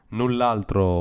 null'altro